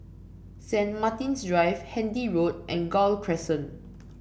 Saint Martin's Drive Handy Road and Gul Crescent